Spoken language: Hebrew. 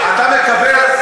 אני מצביע בעד,